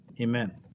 Amen